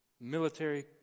military